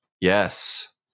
Yes